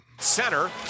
Center